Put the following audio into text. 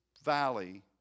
valley